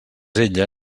ella